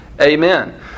Amen